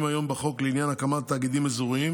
היום בחוק לעניין הקמת תאגידים אזוריים